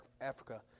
Africa